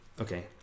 Okay